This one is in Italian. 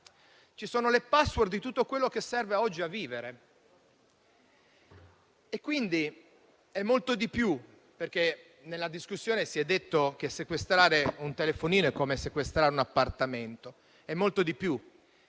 Ci sono le *password* di tutto quello che serve oggi per vivere. Quindi, è molto di più. Nella discussione si è detto che sequestrare un telefonino è come sequestrare un appartamento. È molto di più,